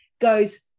goes